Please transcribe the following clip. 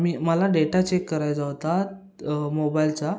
मी मला data check करायचा होता मोबाईलचा